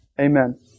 Amen